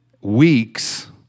weeks